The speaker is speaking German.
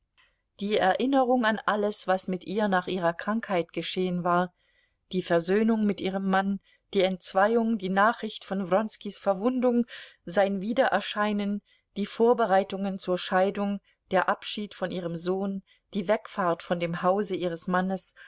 die erinnerung an alles was mit ihr nach ihrer krankheit geschehen war die versöhnung mit ihrem mann die entzweiung die nachricht von wronskis verwundung sein wiedererscheinen die vorbereitungen zur scheidung der abschied von ihrem sohn die wegfahrt von dem hause ihres mannes